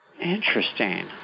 Interesting